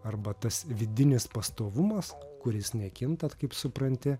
arba tas vidinis pastovumas kuris nekintat kaip supranti